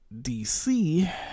DC